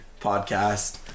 Podcast